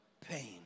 pain